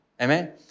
Amen